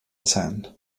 sand